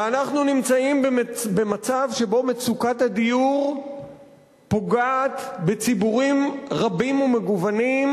ואנחנו נמצאים במצב שבו מצוקת הדיור פוגעת בציבורים רבים ומגוונים,